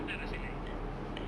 tak pernah rasa lain ah